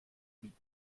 wie